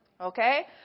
Okay